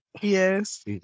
Yes